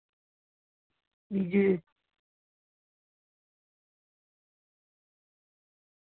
अंजी